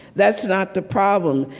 that's not the problem.